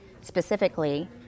specifically